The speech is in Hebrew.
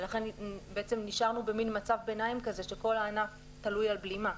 לכן נשארנו במין מצב ביניים שכל הענף תלוי על בלימה.